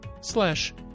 slash